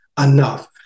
enough